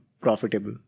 profitable